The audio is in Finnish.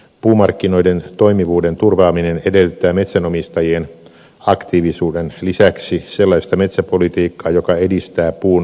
puumarkkinoiden toimivuuden turvaaminen edellyttää metsänomistajien aktiivisuuden lisäksi sellaista metsäpolitiikkaa joka edistää puun markkinoille tuloa